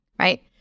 right